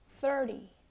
thirty